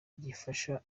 gifasha